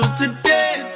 today